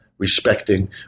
respecting